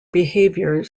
behavior